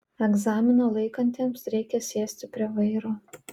egzaminą laikantiems reikia sėsti prie vairo